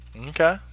Okay